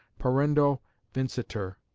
parendo vincitur.